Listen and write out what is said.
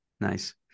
Nice